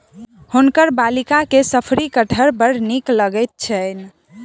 हुनकर बालिका के शफरी कटहर बड़ नीक लगैत छैन